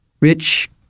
rich